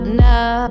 now